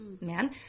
man